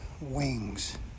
wings